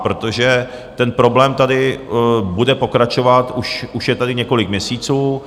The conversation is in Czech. Protože ten problém tady bude pokračovat, už je tady několik měsíců.